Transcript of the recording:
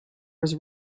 was